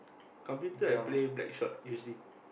computer I play Blackshot usually